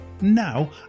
Now